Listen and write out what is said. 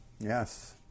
yes